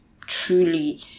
truly